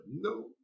no